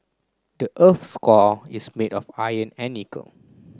the earth's core is made of iron and nickel